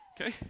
okay